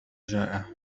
جائع